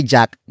Jack